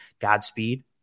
godspeed